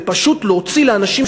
זה פשוט להוציא לאנשים,